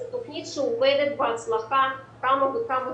זו תכנית שעובדת בהצלחה כמה וכמה שנים.